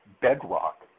bedrock